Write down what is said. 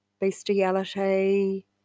bestiality